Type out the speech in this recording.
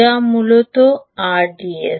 যা মূলত আরডিএস